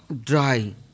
dry